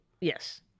Yes